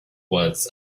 was